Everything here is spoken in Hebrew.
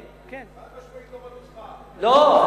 חד-משמעית לא בנוסחה,